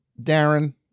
Darren